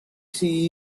sea